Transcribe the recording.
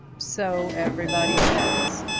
so everybody says.